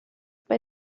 bei